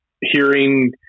hearing